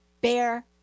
bear